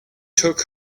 took